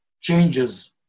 changes